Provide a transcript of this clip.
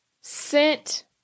sent